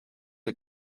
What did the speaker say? are